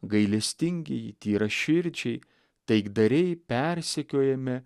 gailestingieji tyraširdžiai taikdariai persekiojami